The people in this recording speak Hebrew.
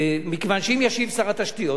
מכיוון שאם ישיב שר התשתיות,